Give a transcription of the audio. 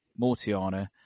mortiana